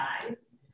size